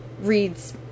reads